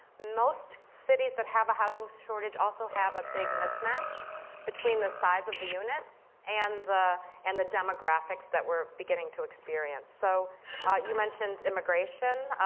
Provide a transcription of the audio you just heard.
most cities that have a housing shortage also have a big mismatch between the size of the units and the and the demographics that we're beginning to experience. so you mentioned immigration.